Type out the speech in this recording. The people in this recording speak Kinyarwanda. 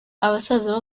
abasaza